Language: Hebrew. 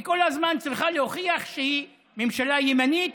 היא כל הזמן צריכה להוכיח שהיא ממשלה ימנית,